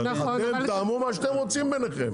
אתם, תתאמו מה שאתם רוצים ביניכם.